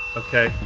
okay.